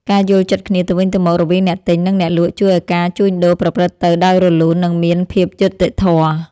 ការយល់ចិត្តគ្នាទៅវិញទៅមករវាងអ្នកទិញ និងអ្នកលក់ជួយឱ្យការជួញដូរប្រព្រឹត្តិទៅដោយរលូននិងមានភាពយុត្តិធម៌។